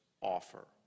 offer